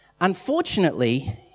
unfortunately